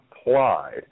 applied